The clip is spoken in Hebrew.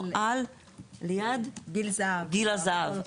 או ליד גיל הזהב,